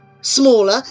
smaller